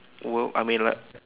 worth I mean like